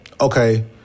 Okay